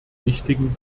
wichtigen